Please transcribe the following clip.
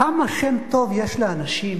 כמה שם טוב יש לאנשים.